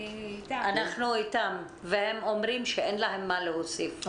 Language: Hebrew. אנחנו אִתם, והם אומרים שאין להם מה להוסיף.